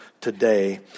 today